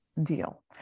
deal